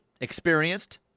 experienced